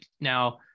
now